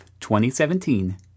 2017